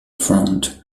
front